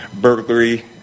burglary